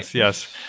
yes.